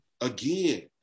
again